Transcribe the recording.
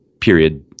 period